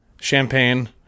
Champagne